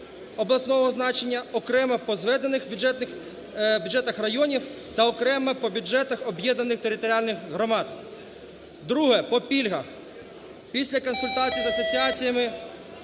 обласного значення, окремо по зведених бюджетах районів та окремо по бюджетах об'єднаних територіальних громад. Друге: по пільгах. Після консультації з асоціаціями